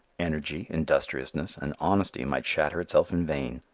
energy, industriousness and honesty might shatter itself in vain.